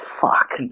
Fuck